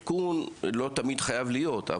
לא תמיד חייב להיות עדכון,